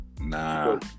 Nah